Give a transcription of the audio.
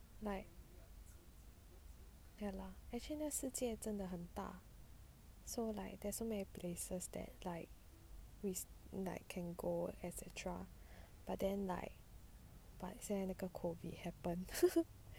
ya lah actually 这世界真的很大 so like there's so many places that like with like can go et cetera but then like but 现在那个 COVID happen